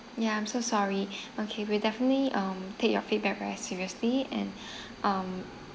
ya I'm so sorry okay we'll definitely um take your feedback very seriously and um